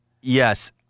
Yes